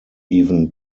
even